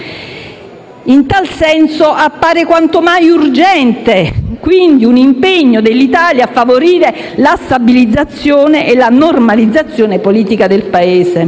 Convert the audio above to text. In tal senso, appare quanto mai urgente, quindi, un impegno dell'Italia a favorire la stabilizzazione e la normalizzazione politica del Paese.